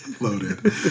loaded